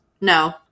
No